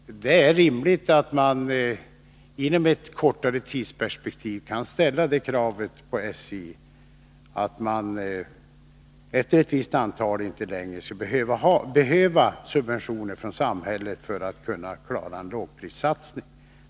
Det är rimligt att vi inom ett kortare tidsperspektiv kan ställa det kravet på SJ att företaget efter ett visst antal år inte längre behöver subventioner från samhället för att klara en lågprissatsning.